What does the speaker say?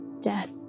death